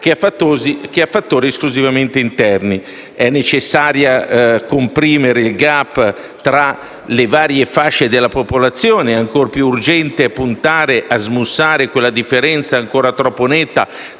che a fattori esclusivamente interni. È necessario comprimere il *gap* tra le varie fasce della popolazione e ancor più urgente è puntare a smussare quella differenza ancora troppo netta